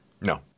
No